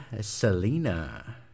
Selena